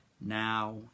now